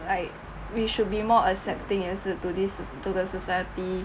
like we should be more accepting 也是 to this to the society